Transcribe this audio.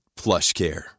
PlushCare